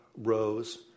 rose